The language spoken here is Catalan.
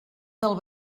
del